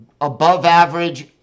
above-average